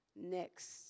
next